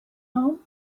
home